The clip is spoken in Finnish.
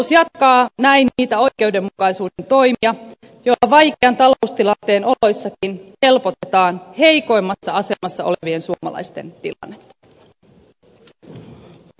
hallitus jatkaa näin niitä oikeudenmukaisuuden toimia joilla vaikean taloustilanteen oloissakin helpotetaan heikoimmat ase osa on viensuu alais ten pi l p i e p